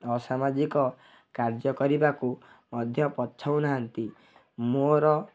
ଅସାମାଜିକ କାର୍ଯ୍ୟ କରିବାକୁ ମଧ୍ୟ ପଛାଉ ନାହାଁନ୍ତି ମୋର